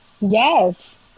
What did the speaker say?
Yes